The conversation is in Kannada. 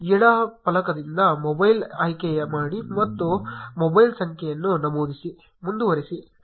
ಎಡ ಫಲಕದಿಂದ ಮೊಬೈಲ್ ಆಯ್ಕೆಮಾಡಿ ಮತ್ತು ನಿಮ್ಮ ಮೊಬೈಲ್ ಸಂಖ್ಯೆಯನ್ನು ನಮೂದಿಸಿ ಮುಂದುವರಿಸಿ ಕ್ಲಿಕ್ ಮಾಡಿ